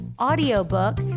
audiobook